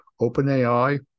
OpenAI